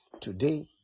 today